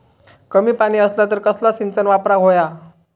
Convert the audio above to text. कमी पाणी असला तर कसला सिंचन वापराक होया?